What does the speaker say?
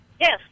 Yes